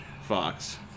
Fox